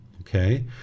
okay